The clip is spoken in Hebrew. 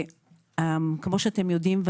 כמו שאתם יודעים,